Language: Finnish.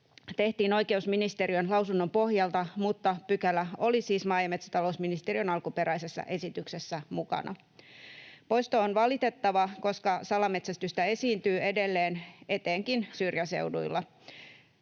tehtiin oikeusministeriön lausunnon pohjalta, mutta pykälä oli siis maa- ja metsätalousministeriön alkuperäisessä esityksessä mukana. Poisto on valitettava, koska salametsästystä esiintyy edelleen etenkin syrjäseuduilla.